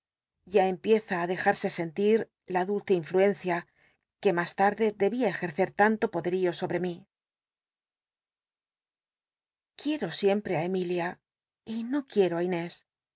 ya empieza á dejarse sentir la dulce influencia juc mas tnrde debia ejercer tanto podel'io sobre mi quiero siempre i emilia y no quiero ú inés